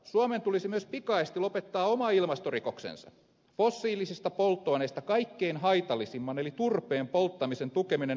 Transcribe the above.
suomen tulisi myös pikaisesti lopettaa oma ilmastorikoksensa fossiilisista polttoaineista kaikkein haitallisimman eli turpeen polttamisen tukeminen verohelpotuksilla ja syöttötariffeilla